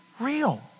Real